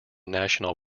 national